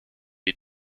die